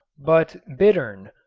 but bittern,